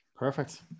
Perfect